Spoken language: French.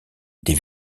des